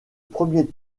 premier